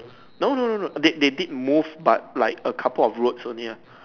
no no no no they they did move but like a couple of roads only ah